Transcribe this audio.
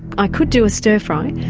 i could do a stir fry.